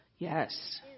Yes